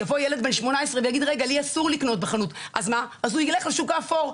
יבוא ילד בן 18 ויגיד שאם לו אסור לקנות בחנות אז הוא ילך לשוק השחור,